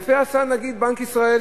יפה עשה נגיד בנק ישראל,